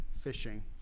fishing